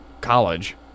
college